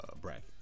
bracket